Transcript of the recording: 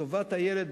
שטובת הילד,